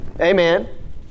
Amen